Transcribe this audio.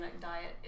diet